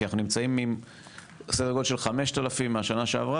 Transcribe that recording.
כי אנחנו נמצאים עם סדר גודל של 5,000 מהשנה שעברה